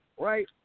right